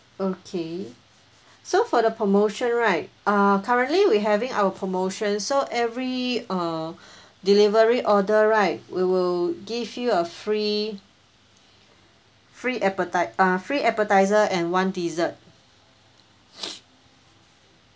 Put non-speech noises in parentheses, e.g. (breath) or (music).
okay so for the promotion right uh currently we having our promotion so every uh (breath) delivery order right we will give you a free free appeti~ uh free appetiser and one dessert